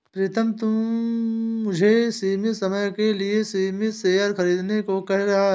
प्रितम मुझे सीमित समय के लिए सीमित शेयर खरीदने को कह रहा हैं